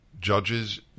judges